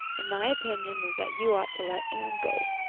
and my opinion is that you ought to let anne go.